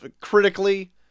critically